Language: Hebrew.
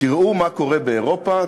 תראו מה קורה באירופה,